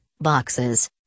boxes